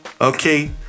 okay